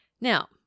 Now